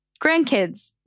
grandkids